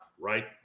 Right